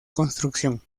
construcción